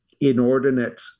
inordinate